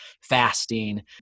fasting